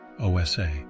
OSA